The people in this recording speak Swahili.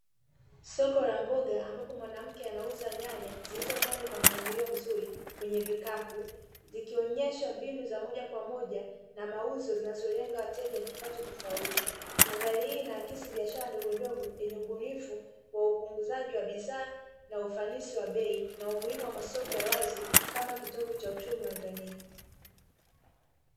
Soko la mboga ambapo mwanamke anauza nyanya, zilizopangwa kwa mpangilio mzuri kwenye vikapu, zikionyesha mbinu za moja kwa moja za mauzo zinazolenga wateja wenye kipato tofauti. Mandahali hii inaakisi biashara ndogondogo zeneye ubunifu wa upunguzaji wa bidhaa na ufanisi wa bei, na umuhimu wa masoko ya wazi, kama kitovu cha uchumi wa jamii.